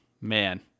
man